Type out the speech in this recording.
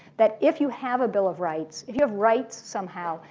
that if you have a bill of rights, if you have rights somehow,